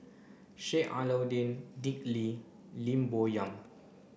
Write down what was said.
Sheik Alau'ddin Dick Lee Lim Bo Yam